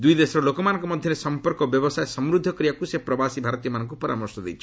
ଦୂଇଦେଶର ଲୋକମାନଙ୍କ ମଧ୍ୟରେ ସମ୍ପର୍କ ଓ ବ୍ୟବସାୟ ସମୂଦ୍ଧ କରିବାକୁ ସେ ପ୍ରବାସୀ ଭାରତୀୟମାନଙ୍କୁ ପରାମର୍ଶ ଦେଇଛନ୍ତି